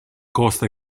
costa